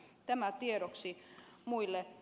tämä tiedoksi muille